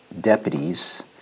deputies